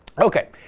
Okay